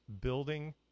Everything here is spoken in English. building